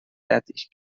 tätig